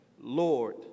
Lord